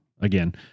again